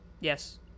Yes